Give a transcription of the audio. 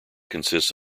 consists